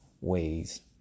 ways